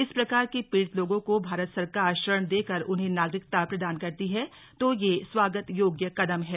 इस प्रकार के पीड़ित लोगों को भारत सरकार शरण देकर उन्हें नागरिकता प्रदान करती है तो यह स्वागत योग्य कदम है